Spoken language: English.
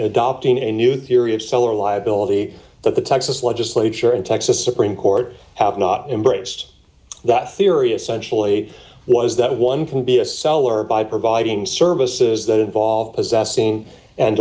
adopting a new theory of solar liability that the texas legislature and texas supreme court out not embraced that theory essential a was that one can be a seller by providing services that involve possessing and